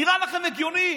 נראה לכם הגיוני?